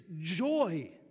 joy